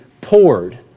poured